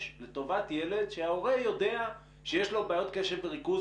לטובת ילד שההורה יודע שיש לו בעיות קשב וריכוז,